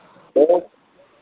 कहो